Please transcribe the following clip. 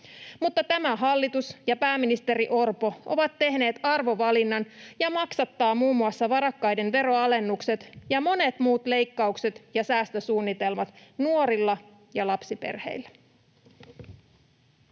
mutta tämä hallitus ja pääministeri Orpo ovat tehneet arvovalinnan ja maksattavat muun muassa varakkaiden veronalennukset ja monet muut leikkaukset ja säästösuunnitelmat nuorilla ja lapsiperheillä.